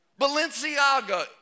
Balenciaga